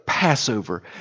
Passover